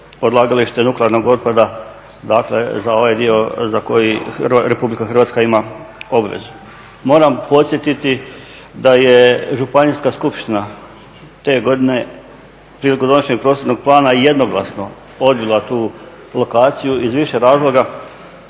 odlagalište nuklearnog otpada, dakle za ovaj dio za koji RH ima obveze. Moram podsjetiti da je županijska skupština te godine prilikom donošenja prostornog plana jednoglasno odbila tu lokaciju iz više razloga,